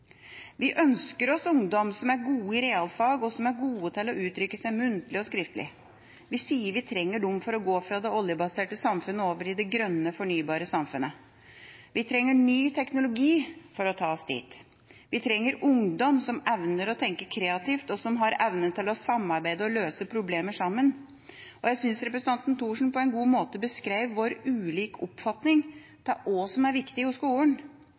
Vi ønsker oss ungdom som er gode i realfag, og som er gode til å uttrykke seg muntlig og skriftlig. Vi sier vi trenger dem for å gå fra det oljebaserte samfunn og over i det grønne, fornybare samfunnet. Vi trenger ny teknologi for å ta oss dit. Vi trenger ungdom som evner å tenke kreativt, og som har evne til å samarbeide og løse problemer sammen. Jeg synes representanten Thorsen på en god måte beskrev vår ulike oppfatning av hva som er viktig i skolen,